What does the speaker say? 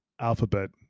Alphabet